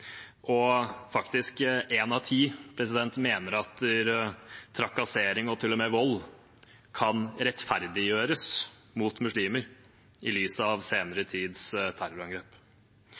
er faktisk en av ti som mener at trakassering og til og med vold mot muslimer kan rettferdiggjøres, i lys av senere tids terrorangrep.